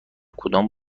کدام